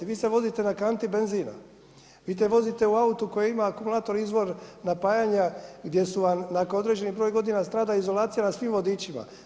Vi se vozite na kanti benzina, vi se vozite u autu koje ima akumulator izvor napajanja gdje su vam nakon određenih broja godina strada izolacija na svim vodičima.